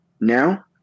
now